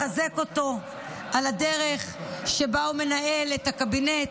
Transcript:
לחזק אותו על הדרך שבה הוא מנהל את הקבינט